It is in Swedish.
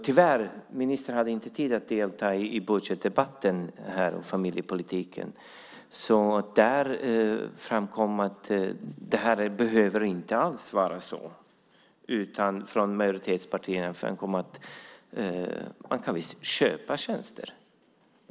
Tyvärr hade ministern inte tid att delta i budgetdebatten om familjepolitiken. Där framkom att det inte alls behöver vara så. Från majoritetspartierna framkom att föräldrarna kan köpa tjänster i stället.